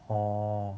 orh